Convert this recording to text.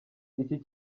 iki